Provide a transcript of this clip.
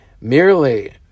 merely